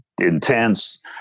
intense